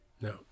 No